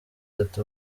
ati